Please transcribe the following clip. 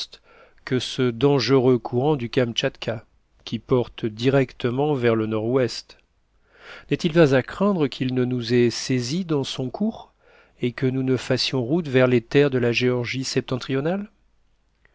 que ce dangereux courant du kamtchatka qui porte directement vers le nord-ouest n'est-il pas à craindre qu'il ne nous ait saisis dans son cours et que nous ne fassions route vers les terres de la géorgie septentrionale